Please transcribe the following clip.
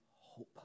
hope